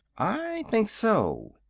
i think so.